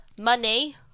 Money